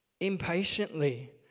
impatiently